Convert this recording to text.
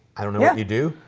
i don't know. yeah you do,